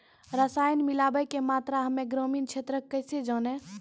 रसायन मिलाबै के मात्रा हम्मे ग्रामीण क्षेत्रक कैसे जानै?